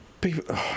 People